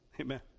Amen